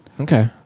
Okay